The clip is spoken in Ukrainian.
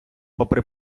попри